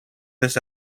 this